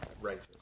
righteous